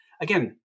Again